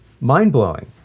Mind-blowing